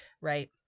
right